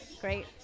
Great